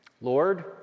Lord